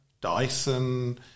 Dyson